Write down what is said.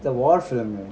it's a war film right